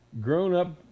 grown-up